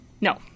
No